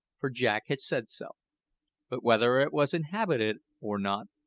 for jack had said so but whether it was inhabited or not,